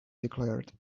declared